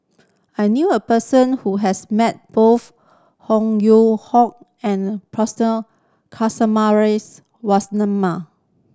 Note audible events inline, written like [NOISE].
I knew a person who has met both Ho [UNINTELLIGIBLE] Hoe and [UNINTELLIGIBLE]